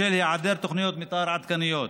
בשל היעדר תוכניות מתאר עדכניות.